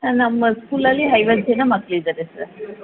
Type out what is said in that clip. ನಮ್ಮ ಸ್ಕೂಲಲ್ಲಿ ಐವತ್ತು ಜನ ಮಕ್ಳು ಇದ್ದಾರೆ ಸರ್